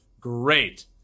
great